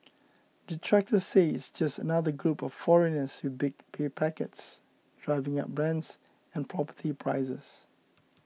detractors say it's just another group of foreigners with big pay packets driving up rents and property prices